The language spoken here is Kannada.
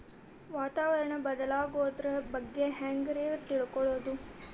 ವಾತಾವರಣ ಬದಲಾಗೊದ್ರ ಬಗ್ಗೆ ಹ್ಯಾಂಗ್ ರೇ ತಿಳ್ಕೊಳೋದು?